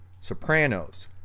Sopranos